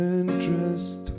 interest